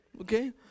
Okay